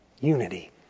unity